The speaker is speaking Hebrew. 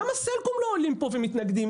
למה סלקום לא עולה לפה ומתנגדת?